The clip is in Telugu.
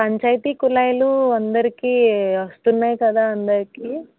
పంచాయితీ కుళాయిలు అందరికీ వస్తున్నాయి కదా అందరికీ